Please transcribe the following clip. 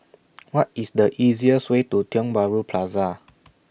What IS The easiest Way to Tiong Bahru Plaza